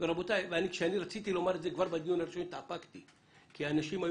התאפקתי לא להגיד את זה בדיון הראשון כי אנשים היו